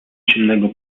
ciemnego